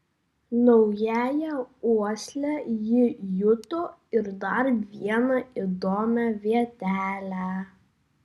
naująja uosle ji juto ir dar vieną įdomią vietelę